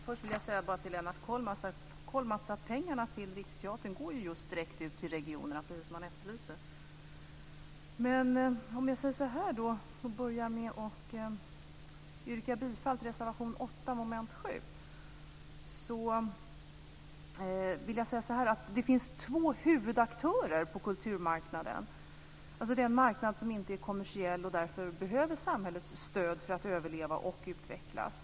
Fru talman! Först vill jag bara säga att pengarna till Riksteatern går direkt ut till regionerna, precis som Lennart Kollmats efterlyser. Jag börjar med att yrka bifall till reservation 8 under mom. 7. Det finns två huvudaktörer på kulturmarknaden, alltså den marknad som inte är kommersiell och därför behöver samhällets stöd för att överleva och utvecklas.